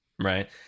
right